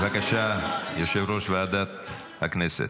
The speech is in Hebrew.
בבקשה, יושב-ראש ועדת הכנסת,